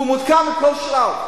הוא מעודכן בכל שעה.